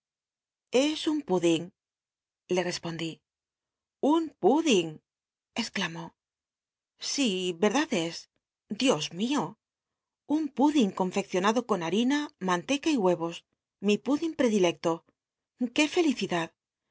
es un pudding le respondí un mdding exclamó si erdad es dios mio un pmlding confeccionado con hal'ina manteca y huevos mi pudding predilecto qué fel